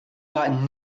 got